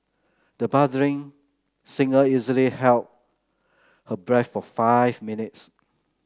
the budding singer easily held her breath for five minutes